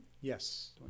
yes